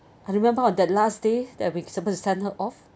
I remember on that last day that we suppose to send her off